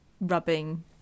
rubbing